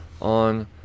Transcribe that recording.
on